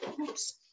oops